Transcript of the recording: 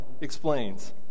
explains